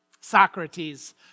Socrates